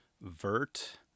Vert